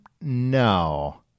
no